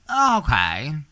okay